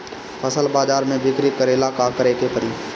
फसल बाजार मे बिक्री करेला का करेके परी?